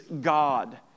God